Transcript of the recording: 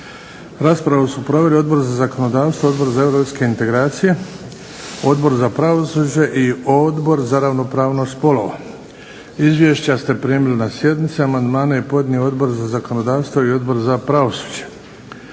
Raspravu su proveli Odbor za zakonodavstvo, Odbor za europske integracije, Odbor za pravosuđe i Odbor za ravnopravnost spolova. Izvješća ste primili na sjednici. Amandmane je podnio Odbor za zakonodavstvo i Odbor za pravosuđe.